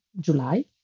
July